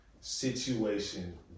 situation